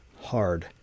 Hard